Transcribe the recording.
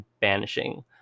banishing